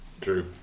True